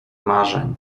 marzeń